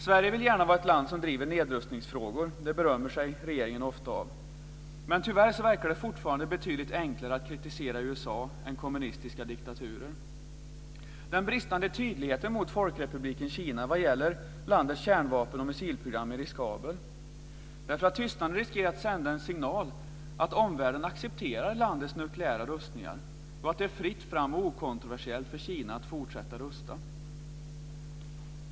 Sverige vill gärna vara ett land som driver nedrustningsfrågor. Det berömmer sig regeringen ofta av. Men tyvärr verkar det fortfarande betydligt enklare att kritisera USA än kommunistiska diktaturer. Den bristande tydligheten mot Folkrepubliken Kina vad gäller landets kärnvapen och missilprogram är riskabel. Tystnaden riskerar att sända en signal att omvärlden accepterar landets nukleära rustningar och att det är fritt fram och okontroversiellt för Kina att fortsätta rusta.